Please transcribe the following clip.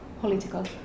political